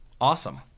Awesome